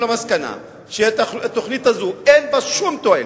למסקנה שהתוכנית הזאת אין בה שום תועלת,